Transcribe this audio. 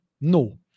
No